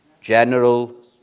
General